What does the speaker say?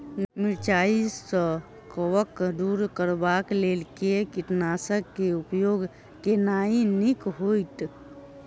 मिरचाई सँ कवक दूर करबाक लेल केँ कीटनासक केँ उपयोग केनाइ नीक होइत?